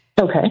Okay